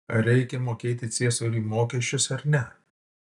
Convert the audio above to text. ar reikia mokėti ciesoriui mokesčius ar ne